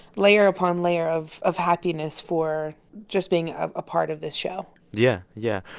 layer upon layer of of happiness for just being a part of this show yeah. yeah.